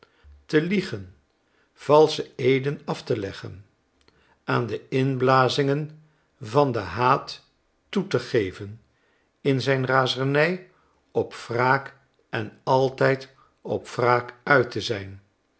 te liegen valsche eeden af te leggen aan de inblazingen van den haat toe te geven in zijn razernij op wraak en altrjd op wraak uit te zijn